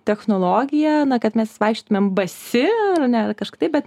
technologiją kad mes vaikščiotumėm basi ar ne kažkaip taip bet